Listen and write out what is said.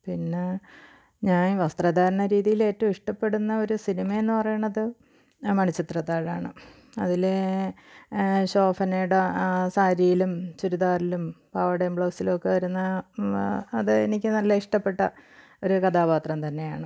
പിന്ന ഞാൻ വസ്ത്രധാരണ രീതിയിലേറ്റവും ഇഷ്ടപ്പെടുന്ന ഒരു സിനിമയെന്ന് പറയണത് മണിച്ചിത്രത്താഴാണ് അതില് ശോഭനയുടെ സാരിയിലും ചുരിദാറിലും പാവാടേം ബ്ലൗസിലൊക്കെ വരുന്ന അത് എനിക്ക് നല്ല ഇഷ്ടപ്പെട്ട ഒരു കഥാപാത്രം തന്നെയാണ്